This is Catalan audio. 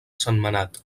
sentmenat